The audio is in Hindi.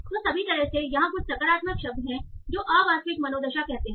तो सभी तरह से यहां कुछ सकारात्मक शब्द हैं जो अवास्तविक मनोदशा कहते हैं